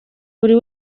buri